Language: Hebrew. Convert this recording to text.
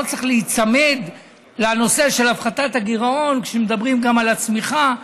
לא צריך להיצמד לנושא של הפחתת הגירעון כשמדברים גם על הצמיחה,